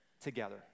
together